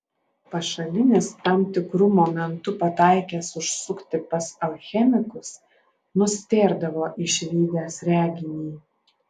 pašalinis tam tikru momentu pataikęs užsukti pas alchemikus nustėrdavo išvydęs reginį